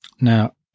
Now